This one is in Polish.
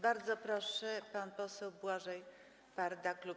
Bardzo proszę, pan poseł Błażej Parda, klub